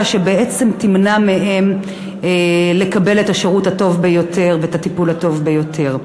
שבעצם תמנע מהם לקבל את השירות הטוב ביותר ואת הטיפול הטוב ביותר.